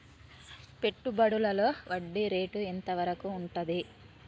పెట్టుబడులలో వడ్డీ రేటు ఎంత వరకు ఉంటది?